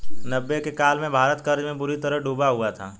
नब्बे के काल में भारत कर्ज में बुरी तरह डूबा हुआ था